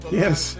yes